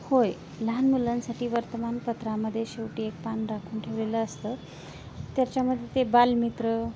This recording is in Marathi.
होय लहान मुलांसाठी वर्तमानपत्रामध्ये शेवटी एक पान राखून ठेवलेलं असतं त्याच्यामध्ये ते बालमित्र